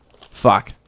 Fuck